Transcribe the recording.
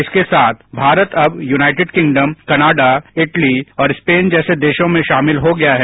इसके साथ भारत अब यूनाइटेड किंगडम कनाडा इटली और स्पेन जैसे देशों में शामिल हो गया है